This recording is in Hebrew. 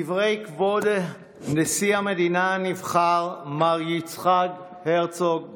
דברי כבוד נשיא המדינה הנבחר מר יצחק הרצוג,